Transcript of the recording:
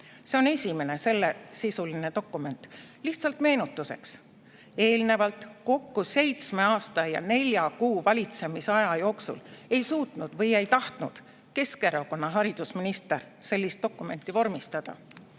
See on esimene sellesisuline dokument. Lihtsalt meenutuseks: eelnevalt kokku seitsme aasta ja nelja kuu valitsemisaja jooksul ei suutnud või ei tahtnud Keskerakonna haridusminister sellist dokumenti vormistada. Teiseks,